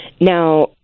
Now